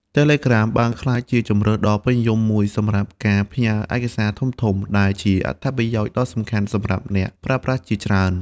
Telegram បានក្លាយជាជម្រើសដ៏ពេញនិយមមួយសម្រាប់ការផ្ញើឯកសារធំៗ ដែលជាអត្ថប្រយោជន៍ដ៏សំខាន់សម្រាប់អ្នកប្រើប្រាស់ជាច្រើន។